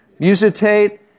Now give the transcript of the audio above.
Musitate